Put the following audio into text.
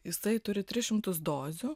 jisai turi tris šimtus dozių